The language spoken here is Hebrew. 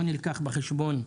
לא נלקח בחשבון,